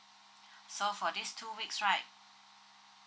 so for these two weeks right